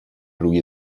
روی